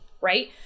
right